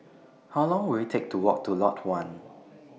How Long Will IT Take to Walk to Lot one